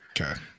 Okay